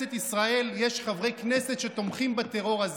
בכנסת ישראל, יש חברי כנסת שתומכים בטרור הזה,